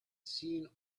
seen